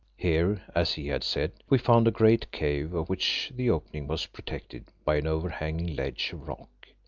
here, as he had said, we found a great cave of which the opening was protected by an over-hanging ledge of rock.